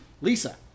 Lisa